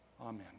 Amen